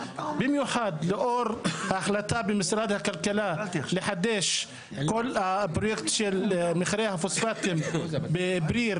במיוחד לאור ההחלטה במשרד הכלכלה לחדש את מחירי הפוספטים בבריר,